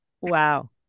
Wow